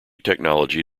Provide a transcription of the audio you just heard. technology